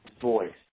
voice